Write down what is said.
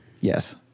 Yes